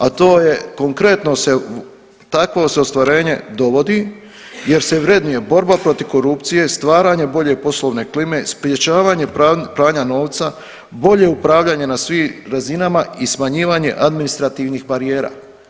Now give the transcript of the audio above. A to je konkretno se, takvo se ostvarenje dovodi jer se vrednuje borba protiv korupcije, stvaranje bolje poslovne klime, sprječavanje pranja novca, bolje upravljanje na svim razinama i smanjivanje administrativnih barijera.